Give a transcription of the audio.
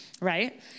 right